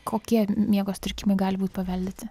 kokie m miego sutrikimai gali būt paveldėti